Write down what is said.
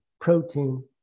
protein